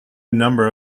number